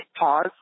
pause